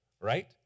right